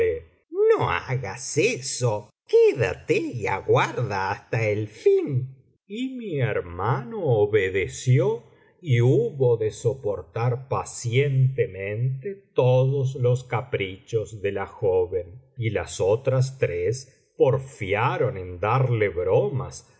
no hagas eso quédate y aguarda hasta el fin y mi hermano obedeció y hubo de soportar pacientemente todos los caprichos de la joven y las otras tres porfiaron en darle bromas